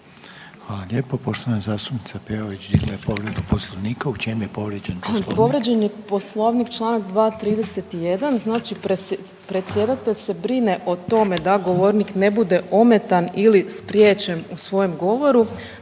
lijepo. Poštovana zastupnica Peović digla je povredu Poslovnika, u čemu je povrijeđen Poslovnik?